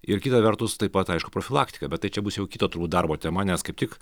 ir kita vertus taip pat aišku profilaktika bet tai čia bus jau kito turbūt darbo tema nes kaip tik